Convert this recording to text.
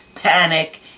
panic